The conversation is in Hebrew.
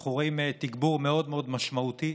אנחנו רואים תגבור מאוד מאוד משמעותי.